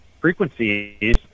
frequencies